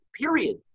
period